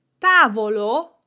tavolo